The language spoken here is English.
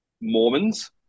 mormons